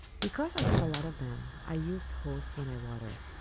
because i have a lot of them, i use hose when i water.